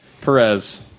Perez